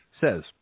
says